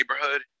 neighborhood